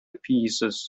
pieces